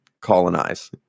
colonize